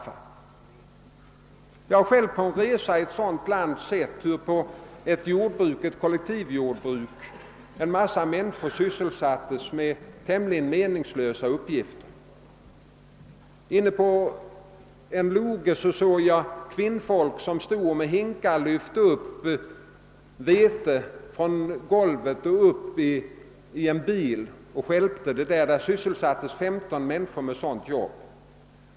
Jag har själv på resa i ett sådant land sett på ett kollektivjordbruk hur en mängd människor sysselsattes med tämligen meningslösa uppgifter. Inne på en loge såg jag kvinnfolk lyfta vete från golvet med hinkar och stjälpa ut det på ett bilflak. Det var femton personer som sysselsattes med sådant arbete.